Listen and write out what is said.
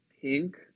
pink